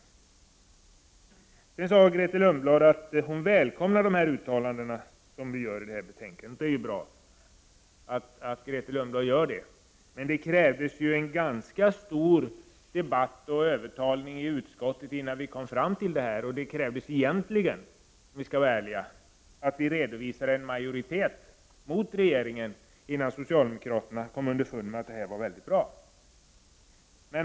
Grethe Lundblad säger också att hon välkomnar de uttalanden som görs i betänkandet, och det är bra. Det krävdes dock en ganska stor debatt och övertalning i utskottet innan vi kom fram till detta, och det krävdes egentligen, om vi skall vara ärliga, att vi redovisade en majoritet mot regeringen innan socialdemokraterna kom underfund med att det här var mycket bra.